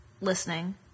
listening